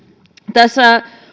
tässä